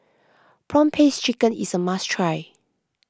Prawn Paste Chicken is a must try